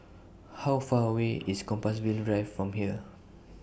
How Far away IS Compassvale Drive from here